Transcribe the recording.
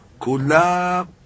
Kula